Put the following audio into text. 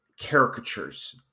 caricatures